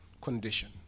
condition